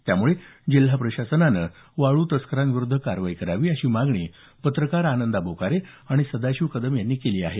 त्यामुळे जिल्हा प्रशासनानं वाळू तस्करांविरुद्ध कारवाई करावी अशी मागणी पत्रकार आनंदा बोकारे आणि सदाशिव कदम यांनी केली आहे